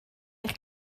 eich